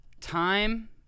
time